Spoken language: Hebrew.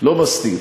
לא מסתיר,